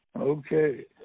Okay